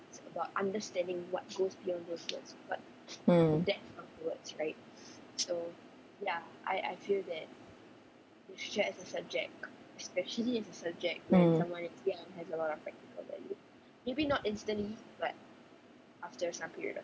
mm mm